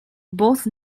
both